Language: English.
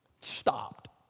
stopped